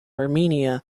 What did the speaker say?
armenia